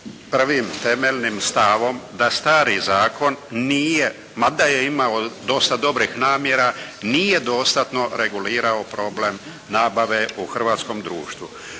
prvim temeljnim stavom da stari zakon nije, mada je imao dosta dobrih namjera nije dostatno regulirao problem nabave u hrvatskom društvu.